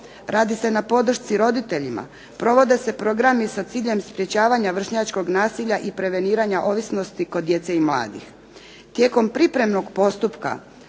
radi se na podršci roditeljima, provode se programi sa ciljem sprečavanja vršnjačkog nacilja i preveniranja ovisnosti kod djece i mladih.